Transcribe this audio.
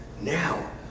now